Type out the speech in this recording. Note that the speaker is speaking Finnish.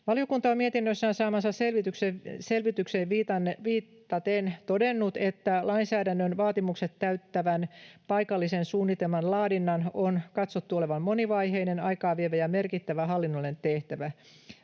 Valiokunta on mietinnössään saamaansa selvitykseen viitaten todennut, että lainsäädännön vaatimukset täyttävän paikallisen suunnitelman laadinnan on katsottu olevan monivaiheinen, aikaa vievä ja merkittävä hallinnollinen tehtävä.